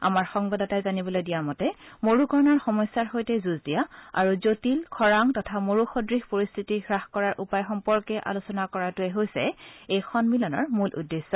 আমাৰ সংবাদদাতাই জানিবলৈ দিয়া মতে মৰুকৰণৰ সমস্যাৰ সৈতে যুঁজ দিয়া আৰু জটিল খৰাং তথা মৰুসদৃশ পৰিস্থিতিৰ হ্ৰাস কৰাৰ উপায় সম্পৰ্কে আলোচনা কৰাটোৱেই হৈছে এই সন্মিলনৰ মূল উদ্দেশ্য